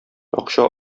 акча